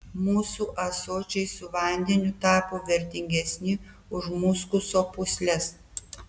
mūsų ąsočiai su vandeniu tapo vertingesni už muskuso pūsles